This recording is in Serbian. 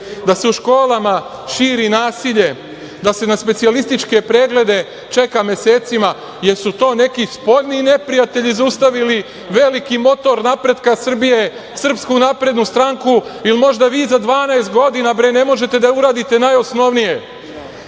da se u školama širi naselje, da se na specijalističke preglede čeka mesecima? Jel su to neki spoljni neprijatelji zaustavili veliki motor napretka Srbije, SNS, ili možda vi za 12 godina ne možete da uradite najosnovnije? Zamislite,